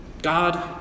God